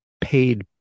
paid